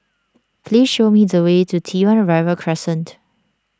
please show me the way to T one Arrival Crescent